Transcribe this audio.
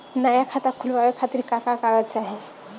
नया खाता खुलवाए खातिर का का कागज चाहीं?